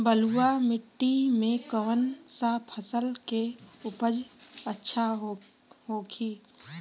बलुआ मिट्टी में कौन सा फसल के उपज अच्छा होखी?